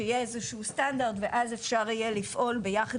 שיהיה איזשהו סטנדרט ואז אפשר יהיה לפעול ביחד